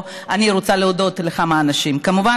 אני רוצה להודות לכמה אנשים: כמובן,